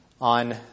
On